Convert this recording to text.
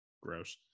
gross